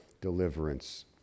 deliverance